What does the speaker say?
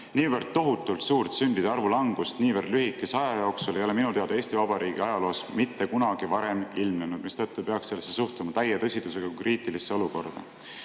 Niivõrd tohutult suurt sündide arvu langust niivõrd lühikese aja jooksul ei ole minu teada Eesti Vabariigi ajaloos mitte kunagi varem ilmnenud, mistõttu peaks sellesse suhtuma täie tõsidusega kui kriitilisse olukorda.